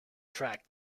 track